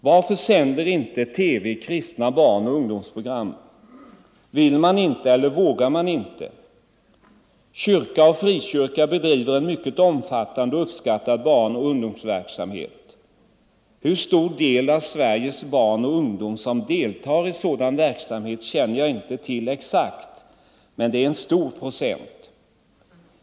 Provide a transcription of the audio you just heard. Varför sänder inte TV kristna barnoch ungdomsprogram? Vill man inte eller vågar man inte? Kyrka och frikyrka bedriver en mycket omfattande och uppskattad barnoch ungdomsverksamhet. Hur stor del av Sveriges barn och ungdom som deltar i sådan verksamhet känner jag inte till exakt, men det är en stor procent.